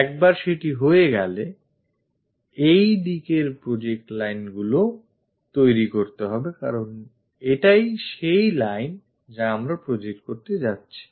একবার সেটি হয়ে গেলে এই দিকের project lineগুলি তৈরি করতে হবে কারণ এটাই সেই line যা আমরা project করতে যাচ্ছি